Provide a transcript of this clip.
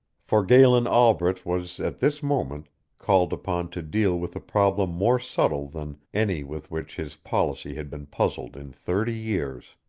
for galen albret was at this moment called upon to deal with a problem more subtle than any with which his policy had been puzzled in thirty years.